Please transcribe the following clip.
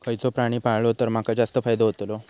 खयचो प्राणी पाळलो तर माका जास्त फायदो होतोलो?